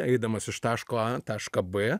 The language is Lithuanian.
eidamas iš taško a tašką b